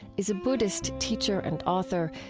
is a buddhist teacher and author,